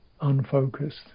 unfocused